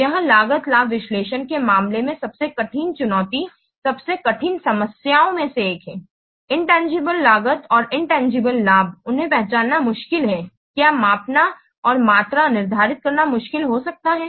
यह लागत लाभ विश्लेषण के मामले में सबसे कठिन चुनौती सबसे कठिन समस्याओं में से एक है इनतांगीबले लागत और इनतांगीबले लाभ हैं उन्हें पहचानना मुश्किल है क्या मापना और मात्रा निर्धारित करना मुश्किल हो सकता है